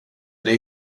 dig